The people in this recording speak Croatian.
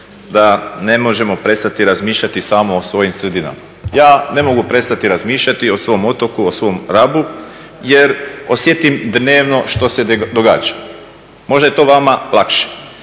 da ne možemo prestati razmišljati samo o svojim sredinama. Ja ne mogu prestati razmišljati o svom otoku, o svom Rabu jer osjetim dnevno što se događa. Možda je to vama lakše.